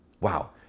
wow